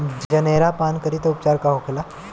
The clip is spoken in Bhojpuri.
जनेरा पान करी तब उपचार का होखेला?